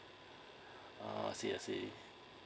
uh I see I see